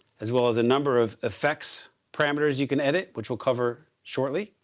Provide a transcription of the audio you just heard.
as well as a number of effects parameters you can edit, which will cover shortly.